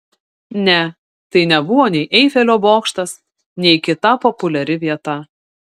ne tai nebuvo nei eifelio bokštas nei kita populiari vieta